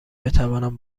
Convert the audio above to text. بتوانم